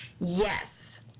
Yes